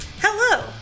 Hello